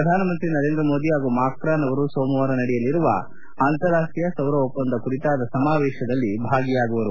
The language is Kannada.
ಪ್ರಧಾನಮಂತ್ರಿ ನರೇಂದ್ರ ಮೋದಿ ಹಾಗೂ ಮಾಕ್ರಾನ್ ಅವರು ಸೋಮವಾರ ನಡೆಯಲಿರುವ ಅಂತಾರಾಷ್ಷೀಯ ಸೌರ ಒಪ್ಪಂದ ಕುರಿತಾದ ಸಮಾವೇಶದಲ್ಲಿ ಭಾಗಿಯಾಗುವರು